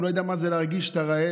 הוא לא יודע מה זה להרגיש את הרעב.